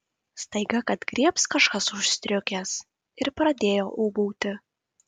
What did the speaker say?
staiga kad griebs kažkas už striukės ir pradėjo ūbauti